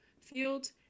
field